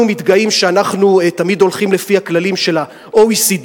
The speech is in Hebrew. אנחנו מתגאים שאנחנו תמיד הולכים לפי הכללים של ה-OECD.